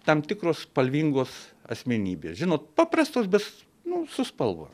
tam tikros spalvingos asmenybės žinot paprastos bet nu su spalva